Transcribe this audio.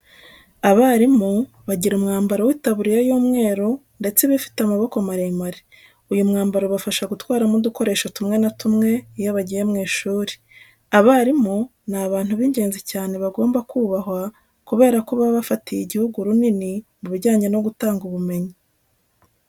Abarimu bagira umwambaro w'itaburiya y'umweru ndetse iba ifite amaboko maremare. Uyu mwambaro ubafasha gutwaramo udukoresho tumwe na tumwe iyo bagiye mu ishuri. Abarimu ni abantu b'ingenzi cyane bagomba kubahwa kubera ko baba bafatiye igihugu runini mu bijyanye no gutanga ubumenyi.